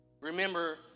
Remember